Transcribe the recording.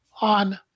on